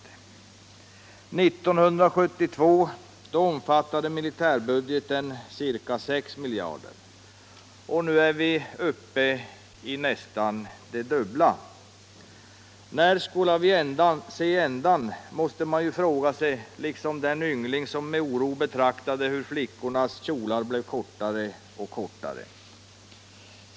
1972 omfattade militärbudgeten ca 6 miljarder. Nu är vi uppe i nästan det dubbla. ”När skola vi se ändan?” måste man ju fråga sig, liksom den yngling som med oro betraktade hur flickornas kjolar blev kortare och kortare.